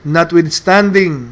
Notwithstanding